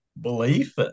belief